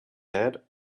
head